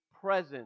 present